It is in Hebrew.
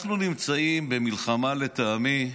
לטעמי,